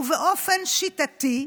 ובאופן שיטתי,